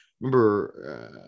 remember